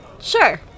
Sure